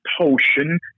potion